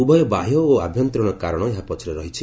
ଉଭୟ ବାହ୍ୟ ଓ ଆଭ୍ୟନ୍ତରୀଣ କାରଣ ଏହା ପଛରେ ରହିଛି